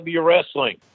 Wrestling